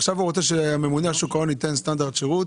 עכשיו הוא רוצה שהממונה על שוק ההון יקבע סטנדרט שירות.